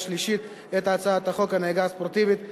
שלישית את הצעת חוק הנהיגה הספורטיבית (תיקון),